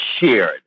shared